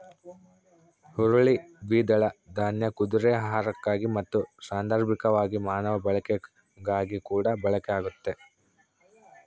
ಹುರುಳಿ ದ್ವಿದಳ ದಾನ್ಯ ಕುದುರೆ ಆಹಾರಕ್ಕಾಗಿ ಮತ್ತು ಸಾಂದರ್ಭಿಕವಾಗಿ ಮಾನವ ಬಳಕೆಗಾಗಿಕೂಡ ಬಳಕೆ ಆಗ್ತತೆ